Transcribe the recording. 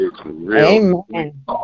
Amen